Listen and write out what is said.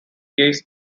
case